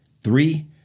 Three